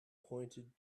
pointed